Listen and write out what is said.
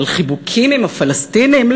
על חיבוקים עם הפלסטינים?